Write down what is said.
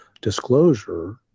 disclosure